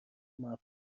موفقتر